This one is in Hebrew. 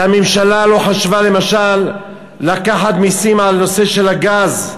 שהממשלה לא חשבה למשל לקחת מסים על הנושא של הגז,